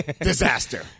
Disaster